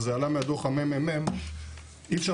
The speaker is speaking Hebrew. וזה עלה מהדו"ח של הממ"מ: אי אפשר